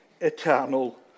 eternal